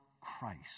Christ